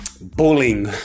bullying